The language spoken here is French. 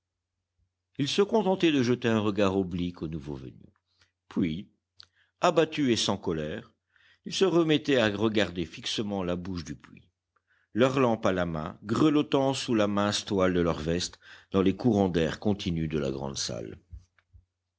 ils se contentaient de jeter un regard oblique aux nouveaux venus puis abattus et sans colère ils se remettaient à regarder fixement la bouche du puits leur lampe à la main grelottant sous la mince toile de leur veste dans les courants d'air continus de la grande salle